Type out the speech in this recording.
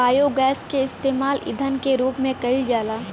biogas के इस्तेमाल ईधन के रूप में कईल जाला